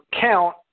count